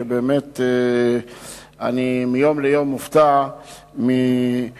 שבאמת אני מיום ליום מופתע מהתלהבותו